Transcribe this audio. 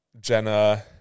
Jenna